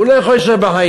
הוא לא יכול להישאר בחיים.